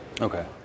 okay